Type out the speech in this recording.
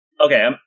Okay